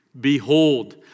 Behold